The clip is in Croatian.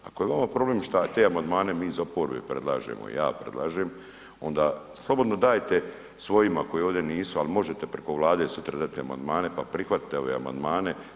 Ako je vama problem šta te amandmane mi iz oporbe predlažemo, ja predlažem, onda slobodno dajte svojima koji ovdje nisu, al možete preko Vlade sutra dati amandmane pa prihvatite ove amandmane.